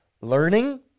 learning